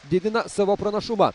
didina savo pranašumą